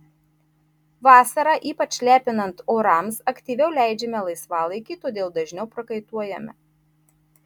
vasarą ypač lepinant orams aktyviau leidžiame laisvalaikį todėl dažniau prakaituojame